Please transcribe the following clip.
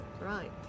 right